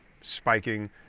spiking